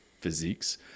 physiques